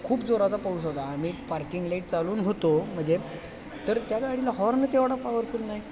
खूप जोराचा पाऊस होता आम्ही पार्किंग लाईट चालून होतो म्हणजे तर त्या गाडीला हॉर्नच एवढा पॉवरफुल नाही